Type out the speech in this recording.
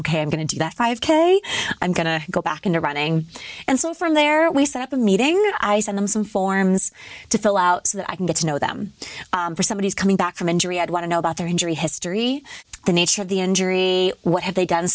ok i'm going to do that five k i'm going to go back into running and so from there we set up a meeting that isom some forms to fill out so that i can get to know them for somebody coming back from injury i'd want to know about their injury history the nature of the injury what have they